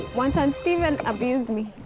mwansa and steven abused me.